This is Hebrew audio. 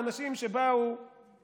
אז אני אומר לאנשים שבאו מהממשלה,